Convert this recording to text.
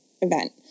event